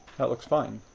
that looks fine.